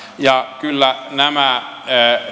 ja kyllä nämä